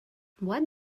what